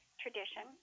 tradition